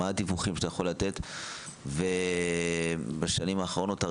הדיווחים שאתה יכול לתת ובשנים האחרונות,